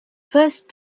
first